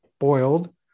boiled